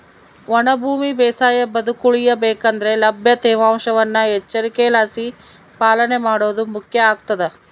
ಒಣ ಭೂಮಿ ಬೇಸಾಯ ಬದುಕುಳಿಯ ಬೇಕಂದ್ರೆ ಲಭ್ಯ ತೇವಾಂಶವನ್ನು ಎಚ್ಚರಿಕೆಲಾಸಿ ಪಾಲನೆ ಮಾಡೋದು ಮುಖ್ಯ ಆಗ್ತದ